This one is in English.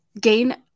gain